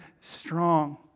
strong